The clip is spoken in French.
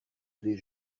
des